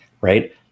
right